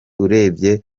urebye